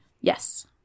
Yes